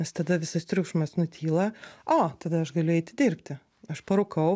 nes tada visas triukšmas nutyla o tada aš galiu eiti dirbti aš parūkau